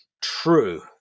True